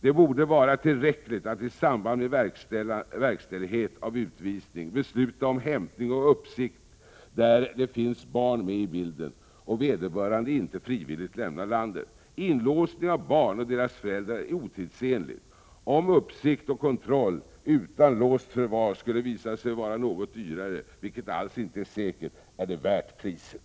Det borde vara tillräckligt att i samband med verkställighet av utvisning besluta om hämtning och uppsikt där det finns barn med i bilden och vederbörande inte frivilligt lämnar landet. Inlåsning av barn och deras föräldrar är otidsenligt. Om uppsikt och kontroll utan låst förvar skulle visa sig vara något dyrare, vilket alls inte är säkert; är det värt priset.